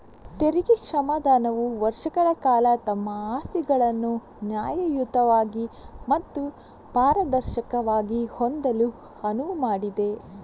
ತೆರಿಗೆ ಕ್ಷಮಾದಾನವು ವರ್ಷಗಳ ಕಾಲ ತಮ್ಮ ಆಸ್ತಿಗಳನ್ನು ನ್ಯಾಯಯುತವಾಗಿ ಮತ್ತು ಪಾರದರ್ಶಕವಾಗಿ ಹೊಂದಲು ಅನುವು ಮಾಡಿದೆ